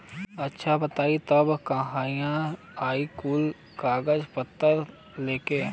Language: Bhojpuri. अच्छा बताई तब कहिया आई कुल कागज पतर लेके?